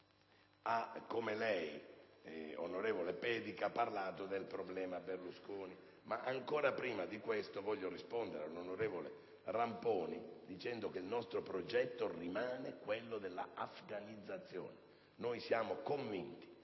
come lei, onorevole Pedica, parlato del problema Berlusconi. Ma voglio prima rispondere all'onorevole Ramponi dicendo che il nostro progetto rimane quello dell'afganizzazione. Siamo convinti,